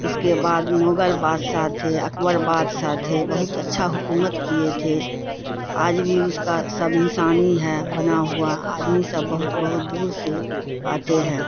اس کے بعد مغل بادشاہ تھے اکبر بادشاہ تھے بہت اچھا حکومت کیے تھے آج بھی اس کا سب نشانی ہے بنا ہوا آدمی سب بہت بہت دور سے آتے ہیں